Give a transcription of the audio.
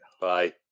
Bye